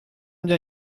bien